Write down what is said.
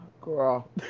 girl